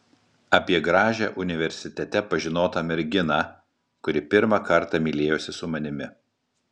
apie gražią universitete pažinotą merginą kuri pirmą kartą mylėjosi su manimi